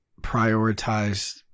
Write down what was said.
prioritize